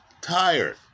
tired